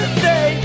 say